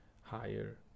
higher